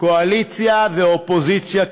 קואליציה ואופוזיציה כאחת.